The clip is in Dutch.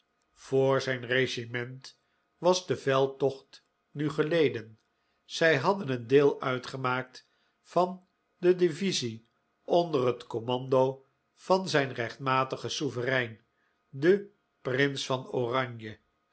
voor zijn regiment was de veldtocht nu geleden zij hadden een deel uitgemaakt van de divisie onder het commando van zijn rechtmatigen souverein den prins van oranje